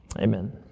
amen